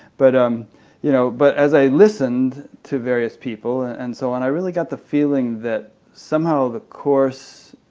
but um you know but as i listened to various people and so on, i really got the feeling that somehow the course,